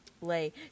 Lay